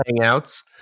Hangouts